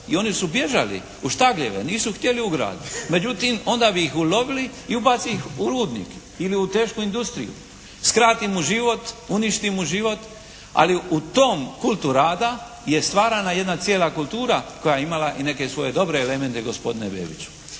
I oni su bježali u štagljeve. Nisu htjeli u grad. Međutim onda bi ih ulovili i ubace ih u rudnik. Ili u tešku industriju. Skrati mu život, uništi mu život ali u tom kultu rada je stvarana jedna cijela kultura koja je imala i neke svoje dobre elemente gospodine Bebiću.